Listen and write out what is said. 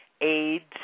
AIDS